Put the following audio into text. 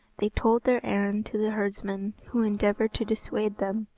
they told their errand to the herdsman, who endeavoured to dissuade them,